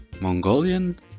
Mongolian